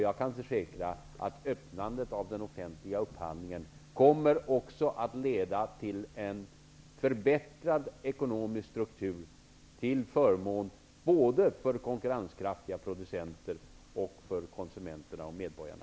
Jag kan försäkra att öppnandet av den offentliga upphandlingen kommer också att leda till en förbättrad ekonomisk struktur till förmån för konkurrenskraftiga producenter, konsumenter och medborgare.